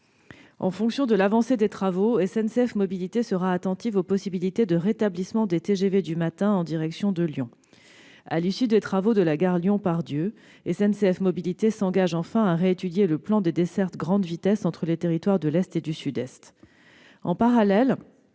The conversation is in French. En fonction de l'avancée des travaux, SNCF Mobilités sera attentive aux possibilités de rétablissement des TGV du matin en direction de Lyon. À l'issue des travaux de la gare de Lyon-Part-Dieu, SNCF Mobilités s'engage enfin à réétudier le plan des dessertes grandes vitesses entre les territoires de l'Est et du Sud-Est.